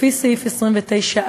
לפי סעיף 29(א)